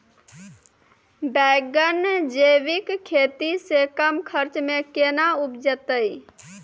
बैंगन जैविक खेती से कम खर्च मे कैना उपजते?